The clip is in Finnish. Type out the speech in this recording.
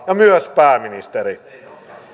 ja myös pääministeri ovat joutuneet korjaamaan